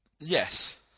Yes